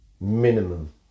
minimum